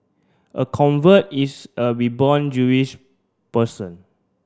a convert is a reborn Jewish person